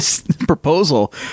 proposal